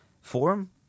forum